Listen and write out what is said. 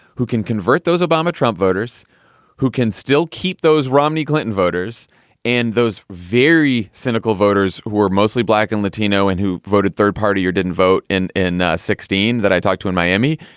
who can convert those obama trump voters who can still keep those romney clinton voters and those very cynical voters who are mostly black and latino and who voted third party or didn't vote in in sixteen that i talked to in miami,